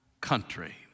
country